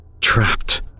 trapped